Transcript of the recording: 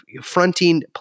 fronting